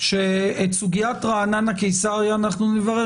שאת סוגיית קיסריה-רעננה אנחנו נברר,